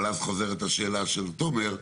אבל אז חוזרת השאלה של תומר,